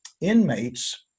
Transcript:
inmates